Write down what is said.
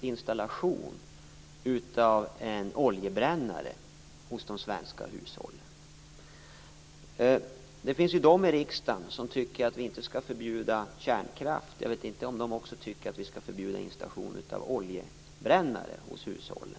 installation av oljebrännare hos de svenska hushållen? Det finns de i riksdagen som tycker att vi inte skall förbjuda kärnkraft. Jag vet inte om de också tycker att vi skall förbjuda installation av oljebrännare hos hushållen.